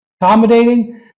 accommodating